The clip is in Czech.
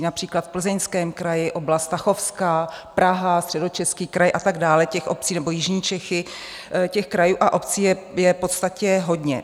Například v Plzeňském kraji, oblast Tachovska, Praha, Středočeský kraj a tak dále, těch obcí, nebo jižní Čechy, těch krajů a obcí je v podstatě hodně.